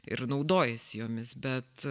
ir naudojiesi jomis bet